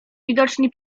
widocznie